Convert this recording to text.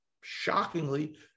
shockingly